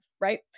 right